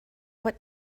what